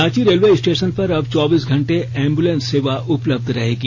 Ranchi railway station पर अब चौबीस घंटे एम्बुलेंस सेवा उपलब्ध रहेगी